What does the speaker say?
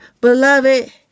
Beloved